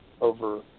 over